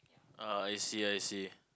ah I see I see